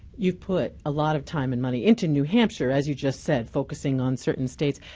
you've put a lot of time and money into new hampshire, as you just said, focusing on certain states.